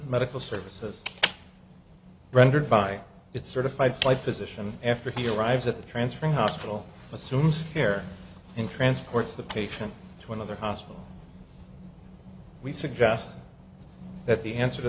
medical services rendered by its certified physician after he arrives at the transfer hospital assumes care in transports the patient to another hospital we suggest that the answer to